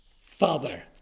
Father